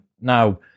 now